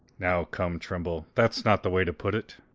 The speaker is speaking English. now, comc, timbrel! that's not the way to put it.